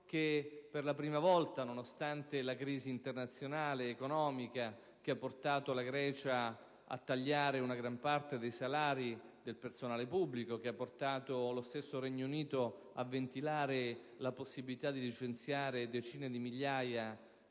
ma, per la prima volta, nonostante la crisi economica internazionale che ha portato la Grecia a tagliare una gran parte dei salari del personale pubblico, il Regno Unito a ventilare la possibilità di licenziare decine di migliaia